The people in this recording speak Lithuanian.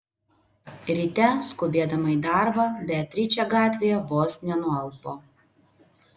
ryte skubėdama į darbą beatričė gatvėje vos nenualpo